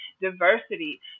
diversity